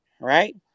right